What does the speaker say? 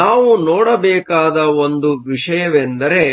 ನಾವು ನೋಡಬೇಕಾದ ಒಂದು ವಿಷಯವೆಂದರೆ